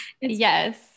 Yes